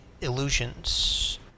illusions